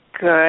Good